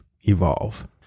evolve